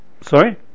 sorry